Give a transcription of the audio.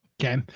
Okay